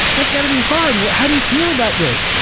that's gotta be hard. how do you feel about this?